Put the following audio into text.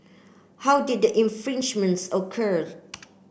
how did the infringements occur